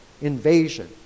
invasion